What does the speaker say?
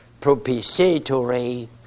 propitiatory